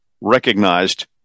recognized